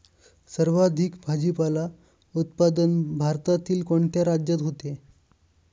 सर्वाधिक भाजीपाला उत्पादन भारतातील कोणत्या राज्यात होते?